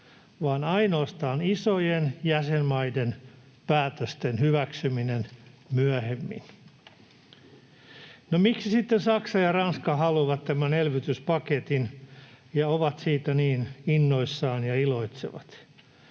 vaan on ainoastaan isojen jäsenmaiden päätösten hyväksyminen myöhemmin. No, miksi sitten Saksa ja Ranska haluavat tämän elvytyspaketin ja ovat siitä niin innoissaan ja iloitsevat?